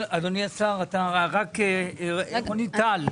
אדוני השר, רוני טל,